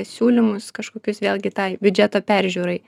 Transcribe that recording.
siūlymus kažkokius vėlgi tai biudžeto peržiūrai